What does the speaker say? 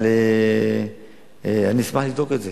אבל אני אשמח לבדוק את זה.